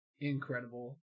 Incredible